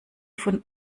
von